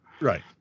right